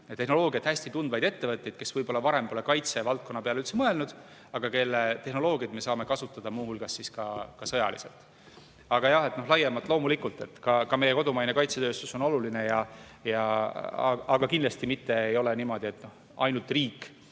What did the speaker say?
tehnoloogiat hästi tundvaid ettevõtteid, kes varem pole kaitsevaldkonna peale üldse mõelnud, aga kelle tehnoloogiat me saame kasutada muu hulgas ka sõjaliselt. Aga jah, laiemalt, loomulikult ka meie kodumaine kaitsetööstus on oluline. Samas, kindlasti ei ole niimoodi, et ainult riik